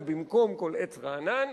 או במקום כל עץ רענן,